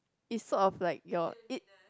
is sort of like your it